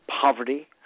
poverty